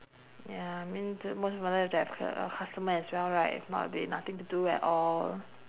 ya I mean t~ most more like~ to have cu~ uh customer as well right if not we nothing to do at all